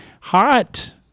hot